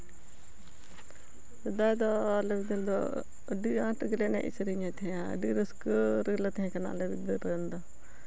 ᱥᱮᱫᱟᱭ ᱫᱚ ᱟᱞᱮ ᱵᱤᱫᱟᱹᱞ ᱫᱚ ᱟᱹᱰᱤ ᱟᱸᱴ ᱜᱮᱞᱮ ᱮᱱᱮᱡ ᱥᱮᱨᱮᱧᱮᱫ ᱛᱟᱦᱮᱱᱟ ᱟᱹᱰᱤ ᱨᱟᱹᱥᱠᱟᱹ ᱨᱮᱞᱮ ᱛᱟᱦᱮᱸᱠᱟᱱᱟ ᱟᱞᱮ ᱵᱤᱫᱟᱹᱞ ᱨᱮᱱ ᱫᱚ